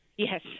Yes